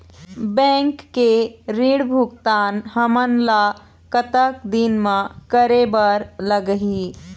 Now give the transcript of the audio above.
Bank के ऋण भुगतान हमन ला कतक दिन म करे बर लगही?